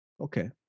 Okay